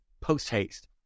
post-haste